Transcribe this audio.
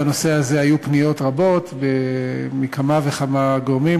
בנושא הזה היו פניות רבות מכמה וכמה גורמים,